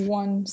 one